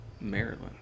Maryland